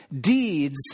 Deeds